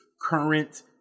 current